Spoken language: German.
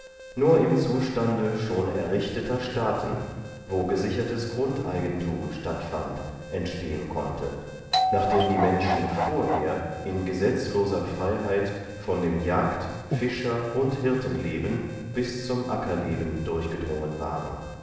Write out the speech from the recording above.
nur im zustande schon errichteter staaten wo gesichertes grundeigenthum statt fand entstehen konnte nachdem die menschen vorher in gesetzloser freyheit von dem jagd fischer und hirtenleben bis zum ackerleben durchgedrungen waren